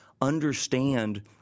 understand